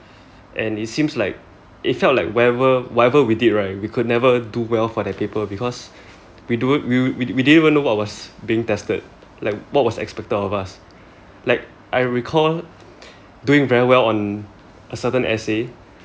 and it seems like it felt like wherever whatever we did right we could never do well for that paper because we do it we we didn't even know what was being tested like what was expected of us like I recall doing very well on a certain essay